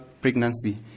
pregnancy